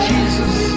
Jesus